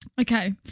Okay